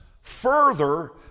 further